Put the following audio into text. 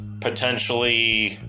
potentially